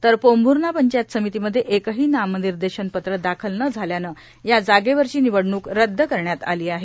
तर पोंभूना पंचायत समितीमध्ये एकही नामनिर्देशन पत्र दाखल न झाल्याने या जागेवरची निवडणूक रद्द करण्यात आली आहेत